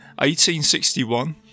1861